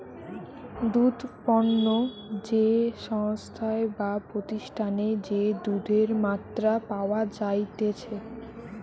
দুধ পণ্য যে সংস্থায় বা প্রতিষ্ঠানে যে দুধের মাত্রা পাওয়া যাইতেছে